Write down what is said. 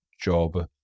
job